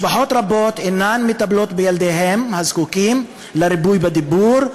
משפחות רבות אינן מטפלות בילדיהן הצריכים ריפוי בדיבור,